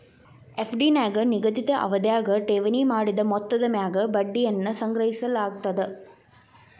FD ನ್ಯಾಗ ನಿಗದಿತ ಅವಧ್ಯಾಗ ಠೇವಣಿ ಮಾಡಿದ ಮೊತ್ತದ ಮ್ಯಾಗ ಬಡ್ಡಿಯನ್ನ ಸಂಗ್ರಹಿಸಲಾಗ್ತದ